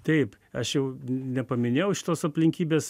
taip aš jau nepaminėjau šitos aplinkybės